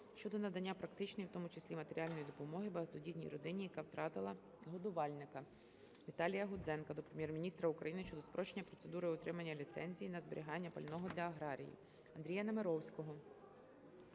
щодо надання практичної, в тому числі матеріальної, допомоги багатодітній родині, яка втратила годувальника. Віталія Гудзенка до Прем'єр-міністра України щодо спрощення процедури отримання ліцензії на зберігання пального для аграріїв.